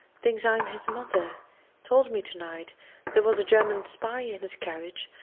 thinks i'm his mother told me to-night there was a german spy in his carriage,